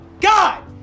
God